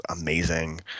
amazing